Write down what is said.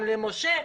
גם למשה,